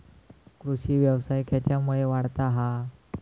कृषीव्यवसाय खेच्यामुळे वाढता हा?